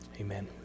Amen